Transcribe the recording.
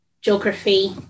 geography